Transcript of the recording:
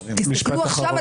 תסתכלו עכשיו,